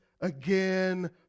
again